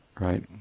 right